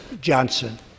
Johnson